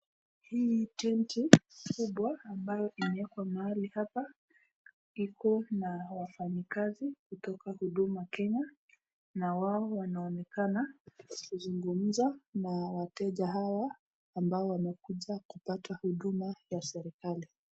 Hii tenti kubwa ambayo imekwa mahali hapa iko na wafanyikazi kutoka Huduma Kenya na wao wanaonekana kuzungumza na wateja hawa ambao wamekuja kupata huduma za serekali.